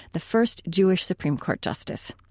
the first jewish supreme court justice.